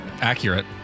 Accurate